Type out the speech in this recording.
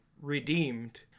redeemed